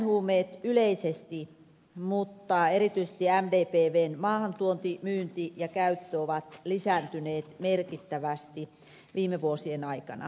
designhuumeet yleisesti mutta erityisesti mdpvn maahantuonti myynti ja käyttö ovat lisääntyneet merkittävästi viime vuosien aikana